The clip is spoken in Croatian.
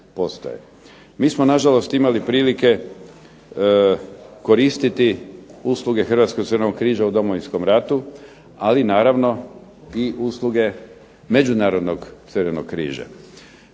Mi smo nažalost imali prilike koristiti usluge Hrvatskog crvenog križa u Domovinskom ratu, ali naravno i usluge Međunarodnog crvenog križa.